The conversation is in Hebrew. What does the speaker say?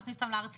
להכניס אותם לארץ,